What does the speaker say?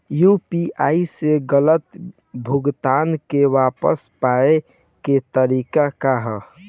UPI से गलत भुगतान के वापस पाये के तरीका का ह?